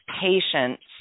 patients